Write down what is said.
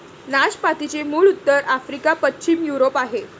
नाशपातीचे मूळ उत्तर आफ्रिका, पश्चिम युरोप आहे